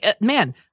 man